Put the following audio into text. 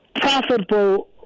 profitable